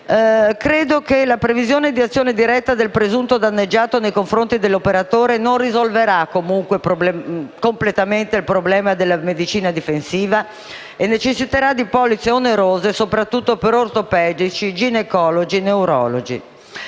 Ritengo che la previsione di un'azione diretta del presunto danneggiato nei confronti dell'operatore non risolverà completamente il problema della medicina difensiva e necessiterà di polizze onerose soprattutto per ortopedici, ginecologi e neurologi.